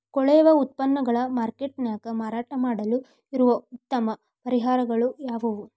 ಕೊಳೆವ ಉತ್ಪನ್ನಗಳನ್ನ ಮಾರ್ಕೇಟ್ ನ್ಯಾಗ ಮಾರಾಟ ಮಾಡಲು ಇರುವ ಉತ್ತಮ ಪರಿಹಾರಗಳು ಯಾವವು?